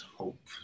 hope